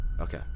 Okay